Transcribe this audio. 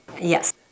Yes